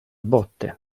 botte